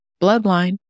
bloodline